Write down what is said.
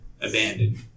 abandoned